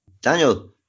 Daniel